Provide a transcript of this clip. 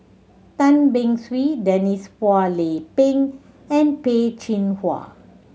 Tan Beng Swee Denise Phua Lay Peng and Peh Chin Hua